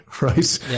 right